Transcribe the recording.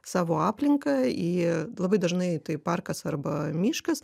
savo aplinką į labai dažnai tai parkas arba miškas